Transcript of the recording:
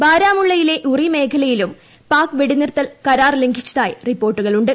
ബാരാമുള്ളയിലെ ഉറി മേഖലയിലും പാക് വെടിനിർത്തൽ കരാർ ലംഘിച്ചതായി റിപ്പോർട്ടുണ്ട്